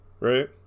right